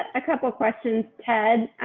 a couple of questions. ted,